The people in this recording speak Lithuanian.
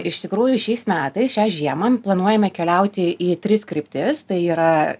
iš tikrųjų šiais metais šią žiemą planuojame keliauti į tris kryptis tai yra